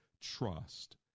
trust